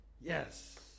Yes